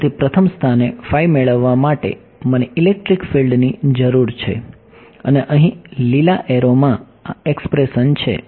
હા તેથી પ્રથમ સ્થાને psi મેળવવા માટે મને ઇલેક્ટ્રિક ફિલ્ડની જરૂર છે અને અહીં લીલા એરો માં આ એક્સપ્રેશન છે